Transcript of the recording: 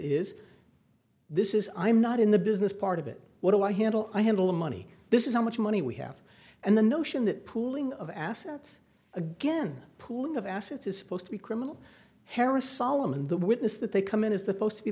is this is i'm not in the business part of it what do i handle i handle money this is how much money we have and the notion that pooling of assets again pooling of assets is supposed to be criminal harris solomon the witness that they come in is the post to be